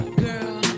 girl